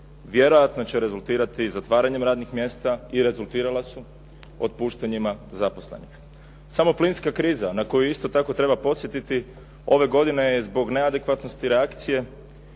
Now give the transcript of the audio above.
vjerojatno će rezultirati zatvaranjem radnih mjesta i rezultirala su otpuštanjima zaposlenih. Samo plinska kriza na koju isto tako treba podsjetiti ove godine je zbog neadekvatnosti reakcije